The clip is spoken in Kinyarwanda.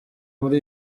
muri